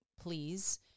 please